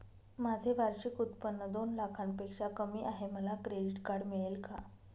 माझे वार्षिक उत्त्पन्न दोन लाखांपेक्षा कमी आहे, मला क्रेडिट कार्ड मिळेल का?